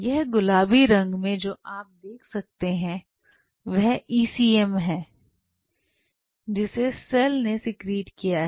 यह गुलाबी रंग में जो आप देख सकते हैं वह ECM है जिसे सेल ने सिक्रीट किया है